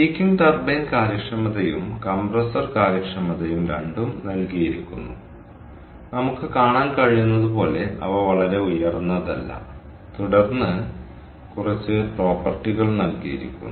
peaking turbine കാര്യക്ഷമതയും compressor കാര്യക്ഷമതയും രണ്ടും നൽകിയിരിക്കുന്നു നമുക്ക് കാണാൻ കഴിയുന്നത് പോലെ അവ വളരെ ഉയർന്നതല്ല തുടർന്ന് കുറച്ച് പ്രോപ്പർട്ടികൾ നൽകിയിരിക്കുന്നു